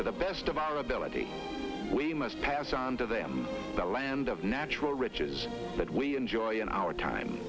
the best of our ability we must pass on to them the land of natural riches that we enjoy in our time